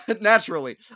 naturally